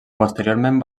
posteriorment